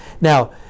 Now